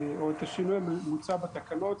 או את השינוי המוצע בתקנות,